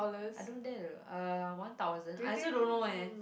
I don't dare to uh one thousand I also don't know eh